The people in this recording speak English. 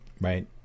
right